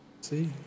See